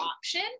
option